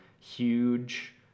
huge